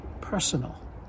personal